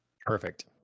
Perfect